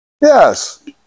Yes